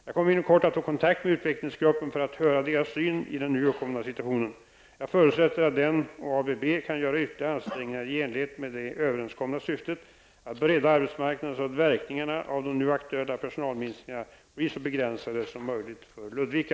Jag kommer inom kort att ta kontakt med utvecklingsgruppen för att höra vilken syn den har på den nu uppkomna situationen. Jag förutsätter att den och ABB kan göra ytterligare ansträngningar i enlighet med det överenskomna syftet att bredda arbetsmarknaden, så att verkningarna av de nu aktuella personalminskningarna blir så begränsade som möjligt för Ludvika.